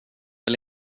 väl